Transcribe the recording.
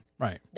Right